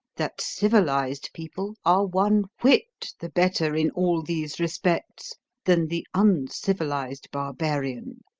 that civilised people are one whit the better in all these respects than the uncivilised barbarian.